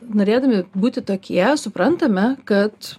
norėdami būti tokie suprantame kad